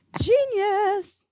genius